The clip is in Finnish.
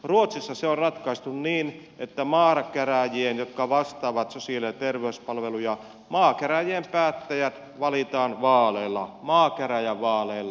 ruotsissa se on ratkaistu niin että maakäräjien jotka vastaavat sosiaali ja terveyspalveluista päättäjät valitaan vaaleilla maakäräjävaaleilla